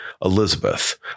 Elizabeth